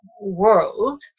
world